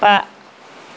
बा